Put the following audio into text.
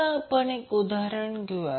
आता आपण एक उदाहरण घेऊया